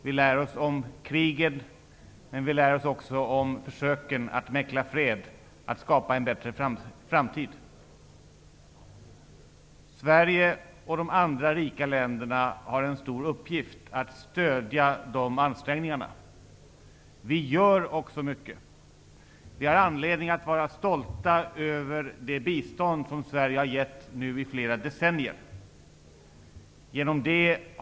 Vi lär oss om kriget, men vi lär oss också om försöken att mäkla fred, att skapa en bättre framtid. Sverige och de andra rika länderna har en stor uppgift när det gäller att stödja de ansträngningarna. Vi gör också mycket. Vi har anledning att vara stolta över det bistånd som Sverige nu i flera decennier har givit.